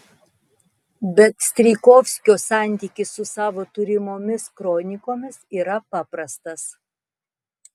bet strijkovskio santykis su savo turimomis kronikomis yra paprastas